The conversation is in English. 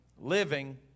living